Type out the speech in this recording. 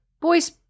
boy's